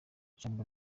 ijambo